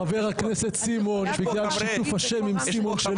חבר הכנסת סימון, בגלל שיתוף השם עם סימון שלנו.